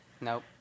Nope